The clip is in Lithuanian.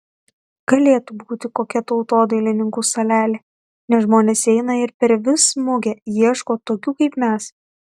galėtų būti kokia tautodailininkų salelė nes žmonės eina ir per vis mugę ieško tokių kaip mes